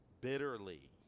bitterly